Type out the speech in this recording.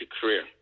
career